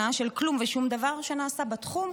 אחרי 20 שנה של כלום ושום דבר שנעשה בתחום,